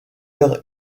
heure